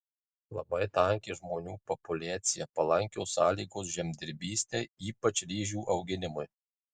labai tanki žmonių populiacija palankios sąlygos žemdirbystei ypač ryžių auginimui